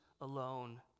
alone